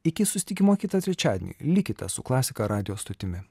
iki susitikimo kitą trečiadienį likite su klasika radijo stotimi